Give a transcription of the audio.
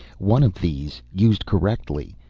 one of these, used correctly,